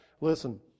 Listen